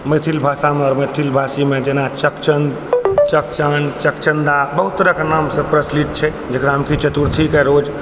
मैथिली भाषा मे मैथिल भाषीमे जेना चकचंद चौक्चन्दा बहुत तरहकेँ नाम से प्रचलित छै जेकरामे कि गणेश चतुर्थीके रोज